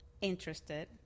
interested